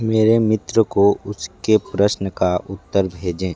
मेरे मित्र को उसके प्रश्न का उत्तर भेजें